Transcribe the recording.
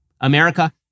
America